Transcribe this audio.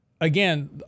again